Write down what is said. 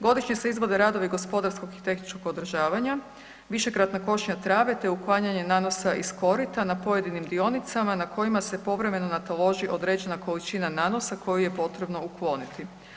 Godišnje se izvode radovi gospodarskog i tehničkog održavanja, višekratna košnja trave te uklanjanje nanosa iz korita na pojedinim dionicama na kojima se povremeno nataloži određena količina nanosa koji je potrebno ukloniti.